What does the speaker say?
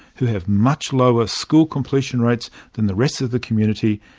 who have much lower school completion rates than the rest of the community,